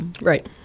right